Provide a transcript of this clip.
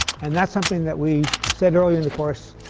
and that's something that we said earlier in the course,